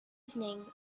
evening